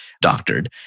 doctored